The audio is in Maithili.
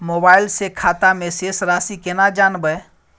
मोबाइल से खाता में शेस राशि केना जानबे?